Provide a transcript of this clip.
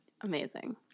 Amazing